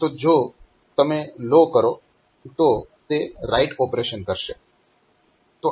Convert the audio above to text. તો જો તમે લો કરો તો તે રાઈટ ઓપરેશન કરશે